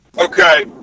Okay